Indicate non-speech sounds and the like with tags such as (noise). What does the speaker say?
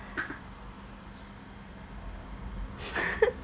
(laughs)